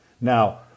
Now